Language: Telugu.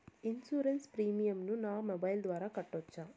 ఇన్సూరెన్సు ప్రీమియం ను నా మొబైల్ ద్వారా కట్టొచ్చా?